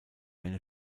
eine